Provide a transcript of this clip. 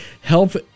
Help